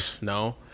No